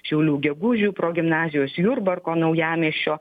šiaulių gegužių progimnazijos jurbarko naujamiesčio